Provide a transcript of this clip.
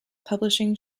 publishing